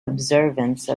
observance